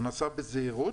הוא נעשה בזהירות,